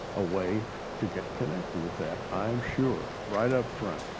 a way to get connected with that, i'm sure, right up front.